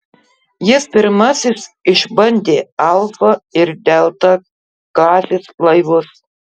jis pirmasis išbandė alfa ir delta klasės laivus